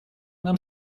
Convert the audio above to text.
нам